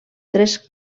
tres